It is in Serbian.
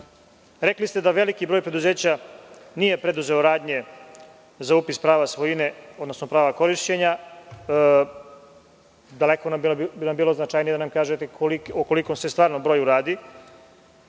ne. Rekli ste da veliki broj preduzeća nije preduzeo radnje za upis prava svojine, odnosno prava korišćenja. Daleko bi nam bilo značajnije da nam kažete o kojem broju se radi